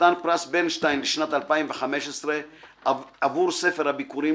חתן פרס ברנשטיין לשנת 2015 עבור ספר הביכורים